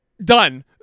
done